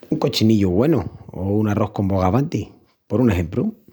Un cochinillu güenu o un arrós con bogavanti, por un exempru.